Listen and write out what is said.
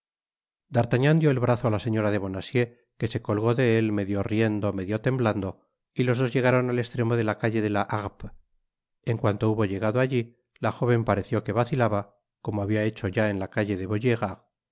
d'artagnan dió el brazo á la señora bonacieux que se colgó de él medio riendo medio temblando y los dos llegaron al estremo de la calle de la harpe en cuanto hubo llegado alli la jóven pareció que vacilaba como habia hecho ya en la calle de vaugirard sin